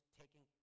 taking